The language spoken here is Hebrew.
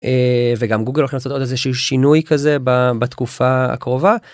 וגם גוגל הולך לעשות עוד איזהשהו שינוי כזה בתקופה הקרובה.